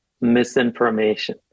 misinformation